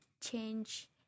change